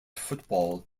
football